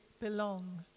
belong